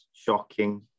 Shocking